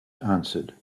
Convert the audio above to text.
answered